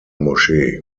moschee